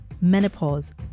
menopause